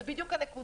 זאת בדיוק הנקודה.